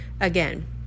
Again